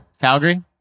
Calgary